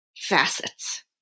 facets